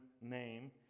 name